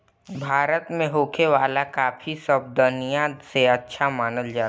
भारत में होखे वाला काफी सब दनिया से अच्छा मानल जाला